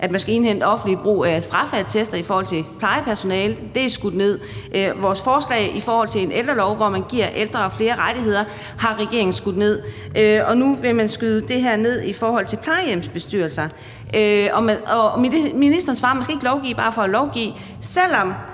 at man skal indhente straffeattester til offentlig brug i forhold til plejepersonale. Det er skudt ned. Vores forslag til en ældrelov, hvor man giver ældre flere rettigheder, har regeringen også skudt ned, og nu vil man skyde det her ned om plejehjemsbestyrelser. Og ministeren svarer, at man ikke skal lovgive bare for at lovgive, selv om